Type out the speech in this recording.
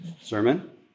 sermon